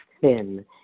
thin